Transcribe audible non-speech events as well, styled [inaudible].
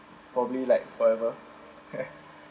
probably like forever [laughs]